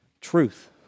truth